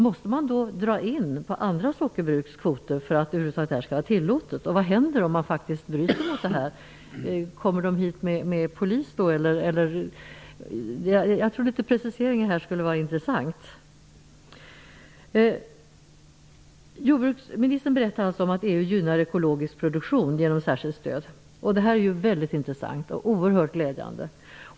Måste man då, för att detta över huvud taget skall vara tillåtet, dra in på andra sockerbruks kvoter? Vad händer om man bryter mot detta? Kommer polisen? Det vore intressant att höra litet mer preciseringar. Jordbruksministern berättade att EU gynnar ekologisk produktion genom ett särskilt stöd. Det är mycket intressant och glädjande.